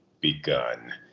begun